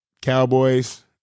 Cowboys